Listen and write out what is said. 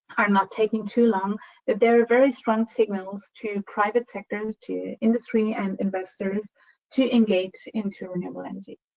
are not taking too long that there are very strong signals to private sectors, to industry, and investors to engage into renewable energy.